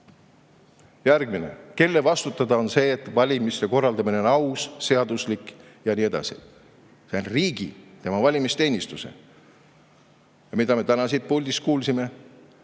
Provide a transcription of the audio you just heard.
kuulda. Järgmine. Kelle vastutada on see, et valimiste korraldamine on aus, seaduslik ja nii edasi? See on riigi, tema valimisteenistuse vastutada. Ja mida me täna siit puldist kuulsime?